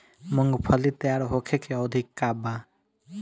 मूँगफली तैयार होखे के अवधि का वा?